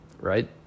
right